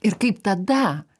ir kaip tada